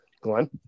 Glenn